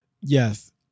Yes